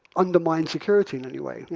undermines security in any way.